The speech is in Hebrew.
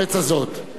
יחד אתכם,